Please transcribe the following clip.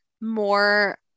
more